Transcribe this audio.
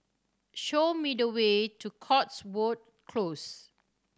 show me the way to Cotswold Close